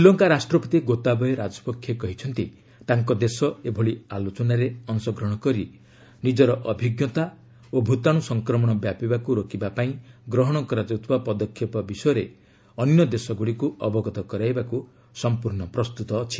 ଶ୍ରୀଲଙ୍କା ରାଷ୍ଟ୍ରପତି ଗୋତାବୟ ରାଜପକ୍ଷେ କହିଛନ୍ତି ତାଙ୍କ ଦେଶ ଏଭଳି ଆଲୋଚନାରେ ଅଂଶଗ୍ରହଣ କରି ନିଜର ଅଭିଜ୍ଞତା ଓ ଭତାଣୁ ସଂକ୍ରମଣ ବ୍ୟାପିବାକୃ ରୋକିବା ପାଇଁ ଗ୍ରହଣ କରାଯାଉଥିବା ପଦକ୍ଷେପ ବିଷୟରେ ଅନ୍ୟ ଦେଶଗୁଡ଼ିକୁ ଅବଗତ କରାଇବାକୁ ପ୍ରସ୍ତୁତ ଅଛି